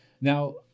Now